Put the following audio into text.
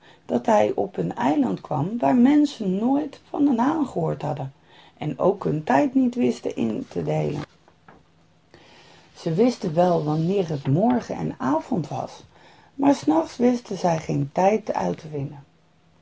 dat hij op een eiland kwam waar de menschen nooit van een haan gehoord hadden en ook hun tijd niet wisten in te deelen zij wisten wel wanneer het morgen en avond was maar s nachts wisten zij geen tijd uit te vinden